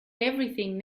everything